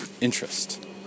interest